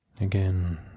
Again